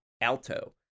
Alto